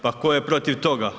Pa tko je protiv toga.